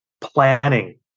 planning